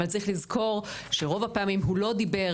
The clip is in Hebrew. אבל צריך לזכור שרוב הפעמים הוא לא דיבר